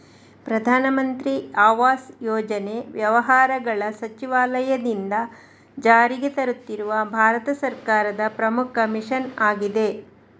ಪ್ರಧಾನ ಮಂತ್ರಿ ಆವಾಸ್ ಯೋಜನೆ ವ್ಯವಹಾರಗಳ ಸಚಿವಾಲಯದಿಂದ ಜಾರಿಗೆ ತರುತ್ತಿರುವ ಭಾರತ ಸರ್ಕಾರದ ಪ್ರಮುಖ ಮಿಷನ್ ಆಗಿದೆ